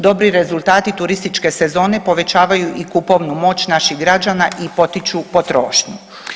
Dobri rezultati turističke sezone povećavaju i kupovnu moć naših građana i potiču potrošnju.